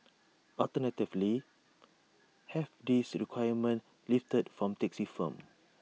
alternatively have these requirements lifted from taxi firms